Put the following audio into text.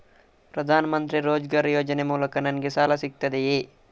ಪ್ರದಾನ್ ಮಂತ್ರಿ ರೋಜ್ಗರ್ ಯೋಜನೆ ಮೂಲಕ ನನ್ಗೆ ಸಾಲ ಸಿಗುತ್ತದೆಯೇ?